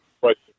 question